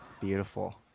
Beautiful